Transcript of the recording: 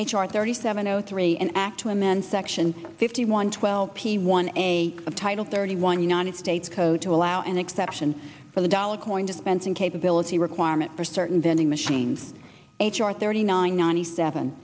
r thirty seven zero three and act to amend section fifty one twelve p one a of title thirty one united states code to allow an exception for the dollar coin dispensing capability requirement for certain vending machines h r thirty nine ninety seven